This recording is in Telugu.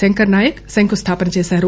శంకర్ నాయక్ శంకుస్థాపన చేశారు